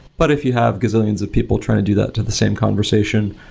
but if you have gazillions of people trying to do that to the same conversation,